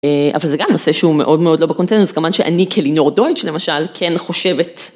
אבל זה גם נושא שהוא מאוד מאוד לא בקונטנטוס, כמובן שאני כלינור דוידש למשל, כן חושבת.